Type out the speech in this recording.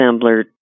assembler